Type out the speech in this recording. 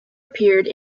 appeared